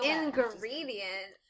Ingredient